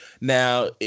Now